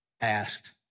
asked